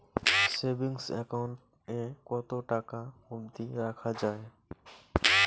Savings account এ কতো টাকা অব্দি রাখা যায়?